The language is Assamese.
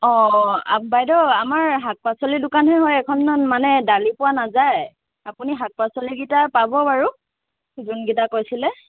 অ অ বাইদেউ আমাৰ শাক পাচলি দোকানহে হয় এইখন মানে দালি পোৱা নাযায় আপুনি শাক পাচলিকেইটা পাব বাৰু যোনকেইটা কৈছিলে